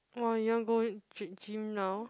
!wah! you want go g~ gym now